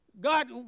God